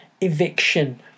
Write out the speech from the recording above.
Eviction